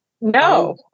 No